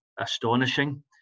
astonishing